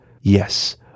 Yes